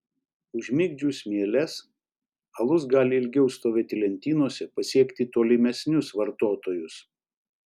užmigdžius mieles alus gali ilgiau stovėti lentynose pasiekti tolimesnius vartotojus